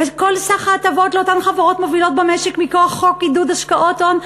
וכל סך ההטבות לאותן חברות מובילות במשק מכוח חוק עידוד השקעות הון,